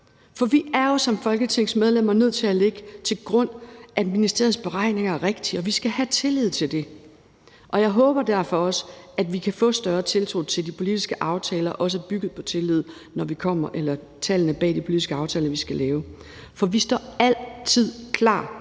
For vi er jo som folketingsmedlemmer nødt til at lægge til grund, at ministeriets beregninger er rigtige, og vi skal have tillid til det. Jeg håber derfor også, at vi også kan få større tiltro til tallene bag de politiske aftaler, vi skal lave. For vi står altid klar